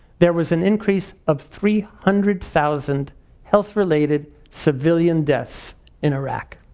there was an increase of three hundred thousand health related civilian deaths in iraq.